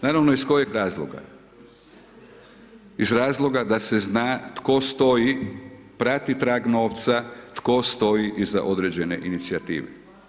Naravno iz koje razloga, iz razloga da se zna tko stoji, prati trag novca, tko stoji iza određene inicijative.